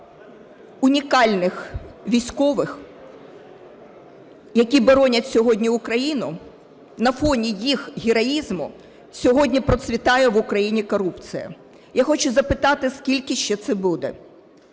унікальних військових, які боронять сьогодні Україну, на фоні їх героїзму сьогодні процвітає в Україні корупція. Я хочу запитати: скільки ще це буде?